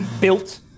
Built